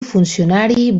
funcionari